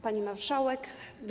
Pani Marszałek!